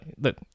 look